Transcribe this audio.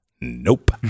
Nope